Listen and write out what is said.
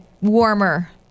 warmer